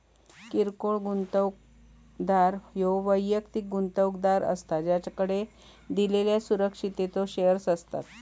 किरकोळ गुंतवणूकदार ह्यो वैयक्तिक गुंतवणूकदार असता ज्याकडे दिलेल्यो सुरक्षिततेचो शेअर्स असतत